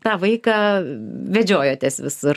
tą vaiką vedžiojotės visur